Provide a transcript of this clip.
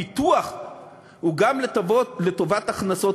הפיתוח הוא גם לטובת הכנסת,